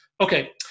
Okay